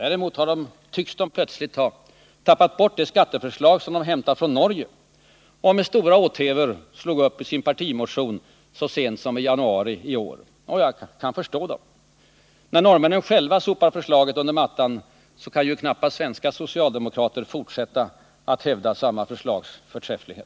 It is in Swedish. Däremot tycks de plötsligt ha tappat bort det skatteförslag som de hämtade från Norge och med stora åthävor slog upp i sin partimotion så sent som i januari i år. Jag kan förstå dem. När norrmännen själva sopar förslaget under mattan, kan knappast de svenska socialdemokraterna fortsätta att hävda motionsförslagets förträfflighet.